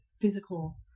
physical